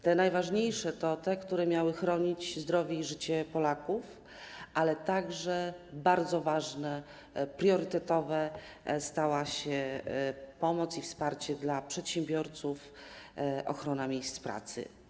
Te najważniejsze to te, które miały chronić zdrowie i życie Polaków, ale także bardzo ważne, priorytetowe stały się pomoc i wsparcie dla przedsiębiorców, ochrona miejsc pracy.